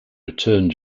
return